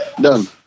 Done